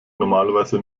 normalerweise